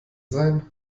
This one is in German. sein